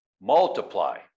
multiply